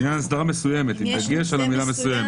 לעניין אסדרה מסוימת, עם דגש על המילה "מסוימת".